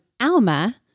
Alma